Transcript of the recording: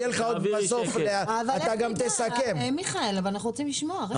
אבל מיכאל, אנחנו רוצים לשמוע.